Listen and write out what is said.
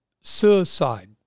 suicide